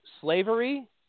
slavery